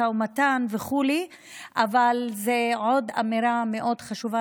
משא ומתן וכו' אבל זו עוד אמירה מאוד חשובה: